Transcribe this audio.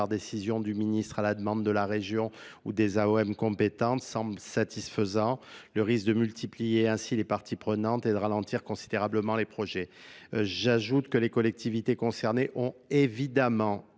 par décision du ministre à la demande de la région ou des Om compétentes satisfaisant le risque de multiplier ainsi les parties prenantes et de ralentir considérablement les projets j'accédais nées ont évidemment